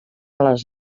les